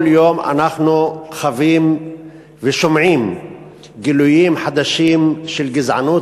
כל יום אנחנו חווים ושומעים גילויים חדשים של גזענות.